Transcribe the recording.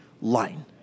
line